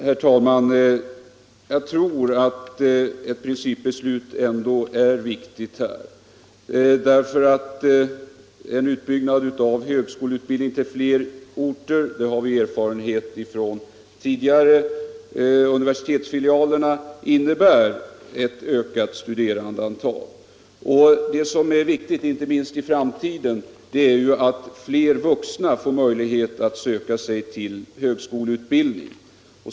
Herr talman! Jag tror ändå att ett principbeslut är viktigt här, eftersom en utbyggnad av högskoleutbildningen till flera orter innebär ett ökat studerandeantal. Det har vi erfarenheter av från universitetsfilialerna. Det som är viktigt, inte minst i framtiden, är att fler vuxna får möjlighet att söka sig till högskoleutbildning.